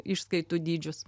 išskaitų dydžius